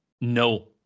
no